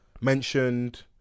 mentioned